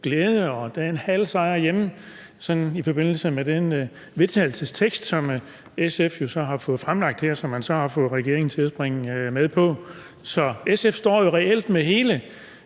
glæde, og at der er en halv sejr hjemme i forbindelse med det forslag til vedtagelse, som SF så har fået fremsat her, og som man har fået regeringen til at springe med på. Så SF står jo reelt med hele